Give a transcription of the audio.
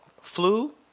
flu